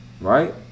Right